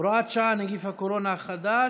(הוראת שעה, נגיף הקורונה החדש),